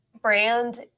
brand